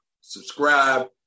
subscribe